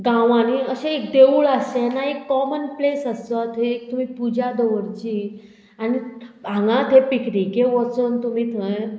गांवांनी अशें एक देवूळ आसचें ना एक कॉमन प्लेस आसचो थंय एक तुमी पुजा दवरची आनी हांगा थंय पिकनिकेक वचोन तुमी थंय